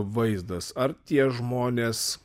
vaizdas ar tie žmonės